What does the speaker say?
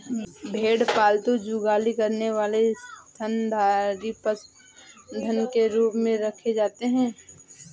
भेड़ पालतू जुगाली करने वाले स्तनधारी पशुधन के रूप में रखे जाते हैं